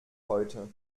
heute